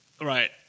Right